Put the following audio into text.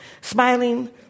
smiling